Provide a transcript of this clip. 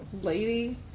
lady